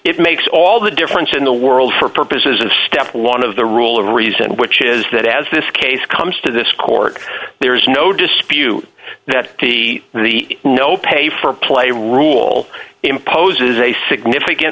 it makes all the difference in the world for purposes of step along of the rule of reason which is that as this case comes to this court there is no dispute that he is the no pay for play rule imposes a significant